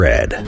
Red